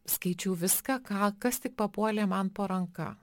skaičiau viską ką kas tik papuolė man po ranka